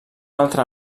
altre